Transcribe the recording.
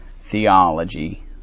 theology